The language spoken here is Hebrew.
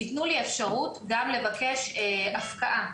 תנו לי אפשרות גם לבקש הפקעה